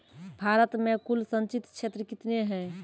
भारत मे कुल संचित क्षेत्र कितने हैं?